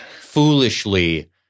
foolishly